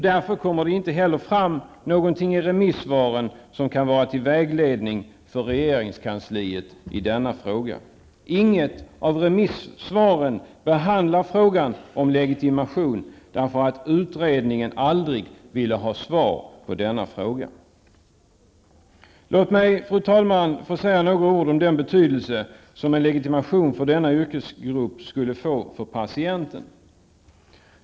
Därför kommer det heller inte fram någonting i remissvaren som kan vara till vägledning för regeringskansliet i denna fråga. Inget av remissvaren behandlar frågan om legitimation, eftersom utredningen aldrig ville ha svar på denna fråga. Låt mig, fru talman, få säga några ord om den betydelse som en legitimation för denna yrkesgrupp skulle få för patienten.